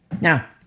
now